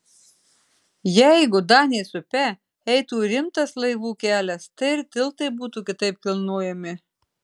jeigu danės upe eitų rimtas laivų kelias tai ir tiltai būtų kitaip kilnojami